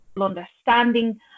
understanding